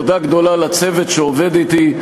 תודה גדולה לצוות שעובד אתי,